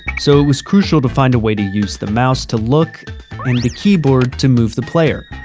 so it was crucial to find a way to use the mouse to look and the keyboard to move the player.